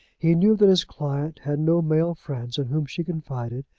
he knew that his client had no male friends in whom she confided,